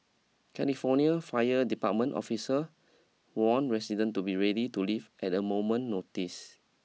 California Fire Department officer warn resident to be ready to leave at a moment notice